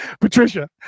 Patricia